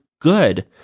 good